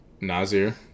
Nasir